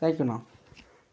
தேங்க்யூண்ணா